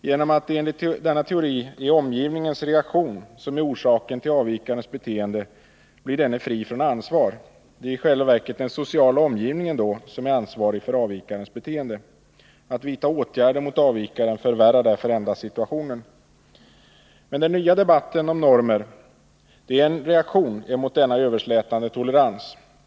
Genom att det enligt denna teori är omgivningens reaktion som är orsaken till avvikarens beteende, blir denne fri från ansvar. Det är i själva verket den sociala omgivningen som är ansvarig för avvikarens beteende. Att vidta åtgärder mot avvikaren förvärrar därför endast situationen. Den nya debåtten om normer är en reaktion mot denna överslätande tolerans.